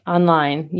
Online